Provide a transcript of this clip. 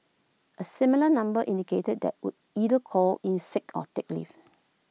A similar number indicated that would either call in sick or take leave